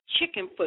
Chickenfoot